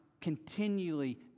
continually